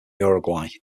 uruguay